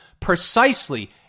precisely